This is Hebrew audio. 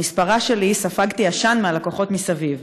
במספרה שלי ספגתי עשן מהלקוחות מסביב.